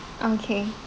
okay